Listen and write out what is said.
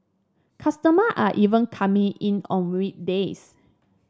customer are even coming in on weekdays